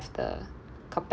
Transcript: the capacity